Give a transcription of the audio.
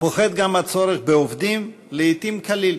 פוחת גם הצורך בעובדים, לעתים כליל.